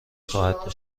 خواهد